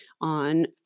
on